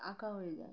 আঁকা হয়ে যায়